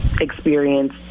experience